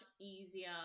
easier